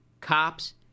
cops